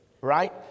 Right